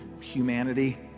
humanity